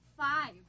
Five